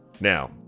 Now